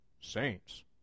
Saints